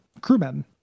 crewmen